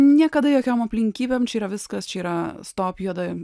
niekada jokiom aplinkybėm čia yra viskas čia yra stop juoda